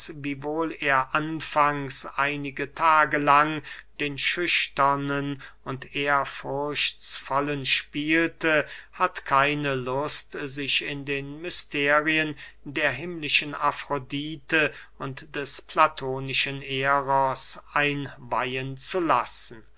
wiewohl er anfangs einige tage lang den schüchternen und ehrfurchtsvollen spielte hat keine lust sich in den mysterien der himmlischen afrodite und des platonischen eros einweihen zu lassen